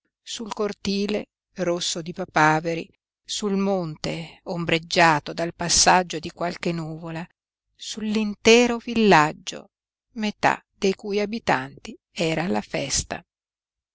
sul cortile rosso di papaveri sul monte ombreggiato dal passaggio di qualche nuvola sull'intero villaggio metà dei cui abitanti era alla festa